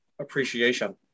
appreciation